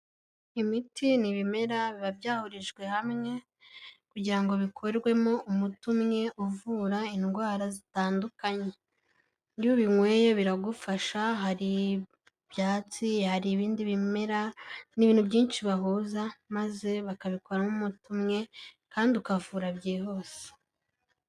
Imiti ni ibimera biba byahurijwe hamwe, kugira bikorwemo umutu umwe uvura indwara zitandukanye. Iyo ubinyweye biragufasha, hari ibyatsi, hari ibindi bimera, ni ibintu byinshi bahuza, maze bakabikoramo umutu umwe, kandi ukavura byihuse.